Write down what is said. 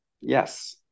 Yes